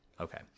Okay